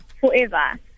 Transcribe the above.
forever